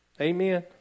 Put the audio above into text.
Amen